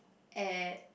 at